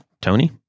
Tony